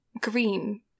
green